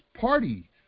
party